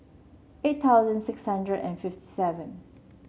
eight thousand six hundred and fifty seven